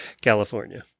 California